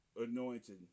anointed